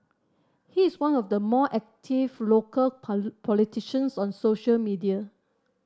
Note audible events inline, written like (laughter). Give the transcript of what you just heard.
he is one of the more active local (unintelligible) politicians on social media